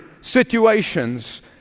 situations